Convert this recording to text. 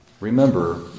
Remember